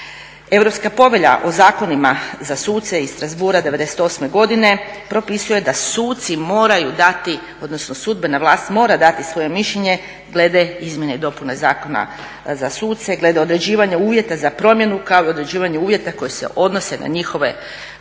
Europska povelja o zakonima za suce iz Strassbourga '98. godine propisuje da suci moraju dati, odnosno sudbena vlast mora dati svoje mišljenje glede izmjena i dopuna Zakona za suce, glede određivanja uvjeta za promjenu, kao i određivanje uvjeta koji se odnose na njihove